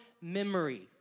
memory